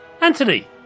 Anthony